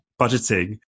budgeting